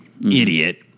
idiot